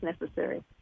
necessary